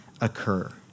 occur